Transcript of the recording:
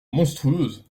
monstrueuse